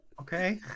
okay